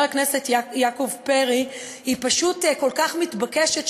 הכנסת יעקב פרי היא פשוט כל כך מתבקשת,